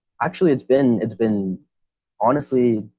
actually, it's been it's been honestly,